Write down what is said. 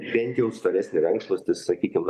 bent jau storesnį rankšluostį sakykim